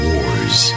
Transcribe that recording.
Wars